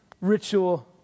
ritual